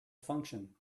function